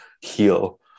heal